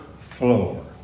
floor